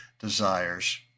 desires